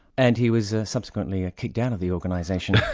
and he was subsequently ah kicked out of the organisation.